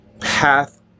path